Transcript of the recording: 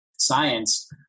science